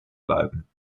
bleiben